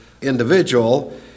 individual